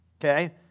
okay